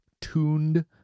tuned